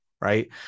right